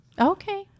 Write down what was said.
Okay